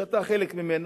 שאתה חלק ממנו,